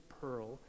pearl